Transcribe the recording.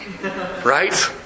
Right